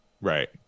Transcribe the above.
Right